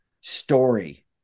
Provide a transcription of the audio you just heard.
story